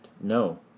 No